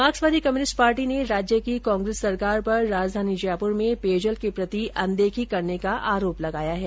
मार्क्सवादी communist party ने राज्य की कांग्रेस सरकार पर राजधानी जयपुर में पेयजल के प्रति अनदेखी करने का आरोप लगाया है